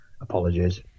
apologies